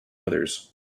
others